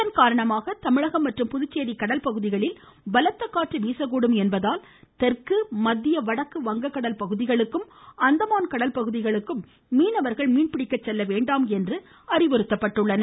இதன் காரணமாக தமிழகம் மற்றும் புதுச்சேரி கடல்பகுதிகளில் பலத்த காற்று வீசக்கூடும் என்பதால் தெற்கு மத்திய வடக்கு வங்கடல் பகுதிகளுக்கும் அந்தமான் கடல்பகுதிகளுக்கும் மீனவர்கள் மீன்பிடிக்க செல்ல வேண்டாம் என்று அறிவுறுத்தப்படுகின்றனர்